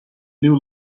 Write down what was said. new